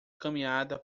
caminhada